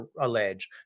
allege